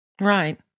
Right